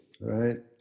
right